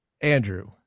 Andrew